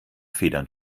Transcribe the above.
federn